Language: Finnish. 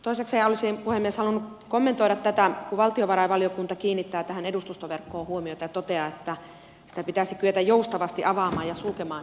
toisekseen olisin puhemies halunnut kommentoida tätä kun valtiovarainvaliokunta kiinnittää edustustoverkkoon huomiota ja toteaa että pitäisi kyetä joustavasti avaamaan ja sulkemaan edustustoja